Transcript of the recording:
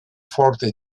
forte